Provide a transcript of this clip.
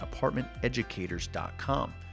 ApartmentEducators.com